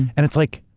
and it's like,